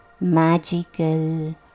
magical